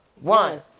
one